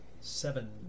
seven